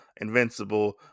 Invincible